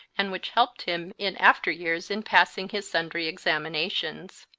and which helped him in after years in passing his sundry examinations.